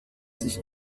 sich